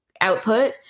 output